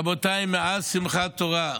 רבותיי, מאז שמחת תורה,